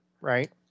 right